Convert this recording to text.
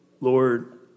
Lord